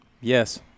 Yes